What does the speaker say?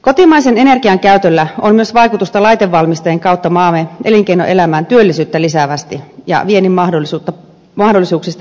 kotimaisen energian käytöllä on myös vaikutusta laitevalmistajien kautta maamme elinkeinoelämään työllisyyttä lisäävästi viennin mahdollisuuksista puhumattakaan